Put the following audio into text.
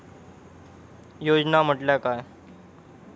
योजना म्हटल्या काय?